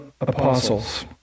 apostles